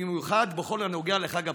במיוחד בכל הנוגע לחג הפסח.